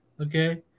Okay